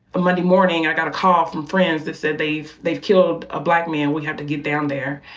monday morning, i got a call from friends that said, they've they've killed a black man. we have to get down there.